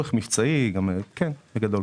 צורך מבצעי, בגדול.